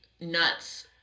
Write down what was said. nuts